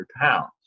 pounds